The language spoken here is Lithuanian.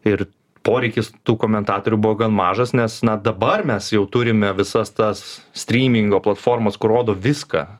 ir poreikis tų komentatorių buvo gan mažas nes na dabar mes jau turime visas tas strymingo platformas kur rodo viską